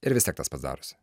ir vis tiek tas pats darosi